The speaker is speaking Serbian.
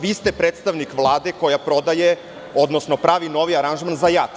Vi ste predstavnik Vlade koja prodaje, odnosno pravi novi aranžman za JAT.